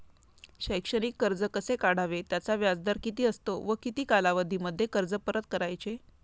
शैक्षणिक कर्ज कसे काढावे? त्याचा व्याजदर किती असतो व किती कालावधीमध्ये कर्ज परत करायचे?